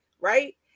right